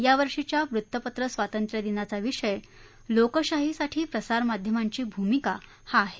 यावर्षीच्या वृत्तपत्र स्वातंत्र्य दिनाचा विषय लोकशाहीसाठी प्रसारमाध्यमांची भूमिका हा आहे